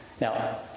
Now